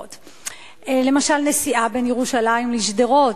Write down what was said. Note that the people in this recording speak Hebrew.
נסיעה בין ירושלים לשדרות,